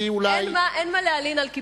לכן, אין מה להלין על קיפוח.